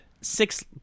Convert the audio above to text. six